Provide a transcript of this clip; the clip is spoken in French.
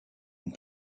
une